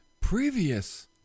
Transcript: previous